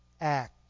act